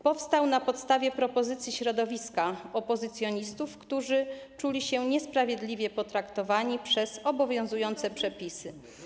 Powstał na podstawie propozycji środowiska opozycjonistów, którzy czuli się niesprawiedliwie potraktowani przez obowiązujące przepisy.